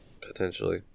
potentially